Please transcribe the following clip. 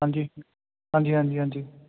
ਹਾਂਜੀ ਹਾਂਜੀ ਹਾਂਜੀ ਹਾਂਜੀ